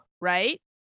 right